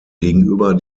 gegenüber